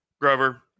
Grover